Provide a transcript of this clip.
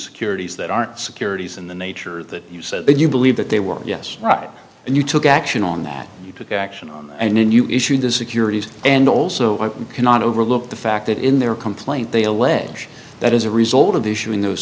securities that aren't securities in the nature that you said that you believe that they were yes right and you took action on that and you took action and then you issued the securities and also you cannot overlook the fact that in their complaint they allege that as a result of issuing those